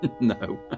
No